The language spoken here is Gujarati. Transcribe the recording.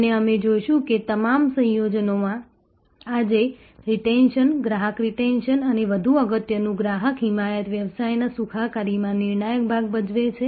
અને અમે જોશું કે તમામ સંયોજનોમાં આજે રીટેન્શન ગ્રાહક રીટેન્શન અને વધુ અગત્યનું ગ્રાહક હિમાયત વ્યવસાયના સુખાકારીમાં નિર્ણાયક ભાગ ભજવે છે